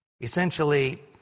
essentially